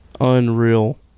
Unreal